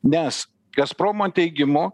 nes gazpromo teigimu